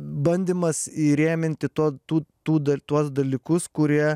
bandymas įrėminti tuo tų tuos dalykus kurie